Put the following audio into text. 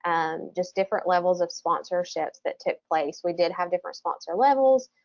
and just different levels of sponsorships that took place. we did have different sponsor levels,